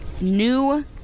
New